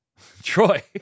Troy